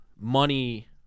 money